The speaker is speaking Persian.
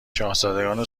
شاهزادگان